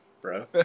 bro